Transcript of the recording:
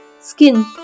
skin